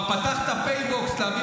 רציתי לשאול אותך אם כבר פתחת פייבוקס להביא